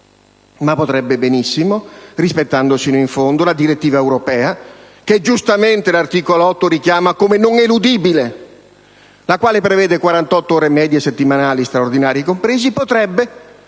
di milioni di euro. Rispettando sino in fondo la direttiva europea, che giustamente l'articolo 8 richiama come non eludibile, la quale prevede 48 ore medie settimanali (straordinari compresi), potrebbe